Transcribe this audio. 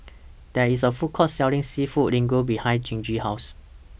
There IS A Food Court Selling Seafood Linguine behind Gigi's House